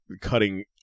cutting